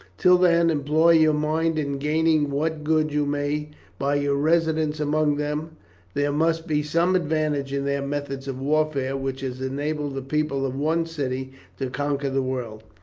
till then employ your mind in gaining what good you may by your residence among them there must be some advantage in their methods of warfare which has enabled the people of one city to conquer the world.